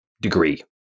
degree